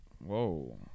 whoa